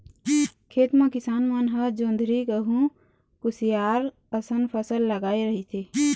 खेत म किसान मन ह जोंधरी, गहूँ, कुसियार असन फसल लगाए रहिथे